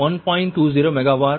20 mega வார் வரும்